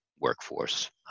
workforce